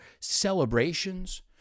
celebrations